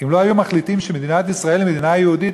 אם לא היו מחליטים שמדינת ישראל היא מדינה יהודית,